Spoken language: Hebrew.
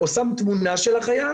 או שם תמונה של החייל,